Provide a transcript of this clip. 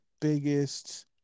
biggest